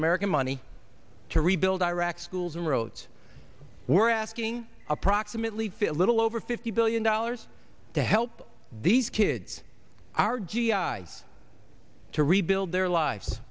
american money to rebuild iraq schools and roads we're asking approximately fit little over fifty billion dollars to help these kids are g i to rebuild their lives